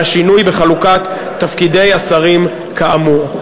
על השינוי בחלוקת תפקידי השרים כאמור.